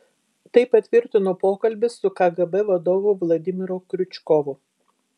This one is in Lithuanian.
tai patvirtino pokalbis su kgb vadovu vladimiru kriučkovu